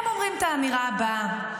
הם אומרים את האמירה הבאה: